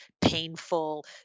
painful